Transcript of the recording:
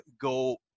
go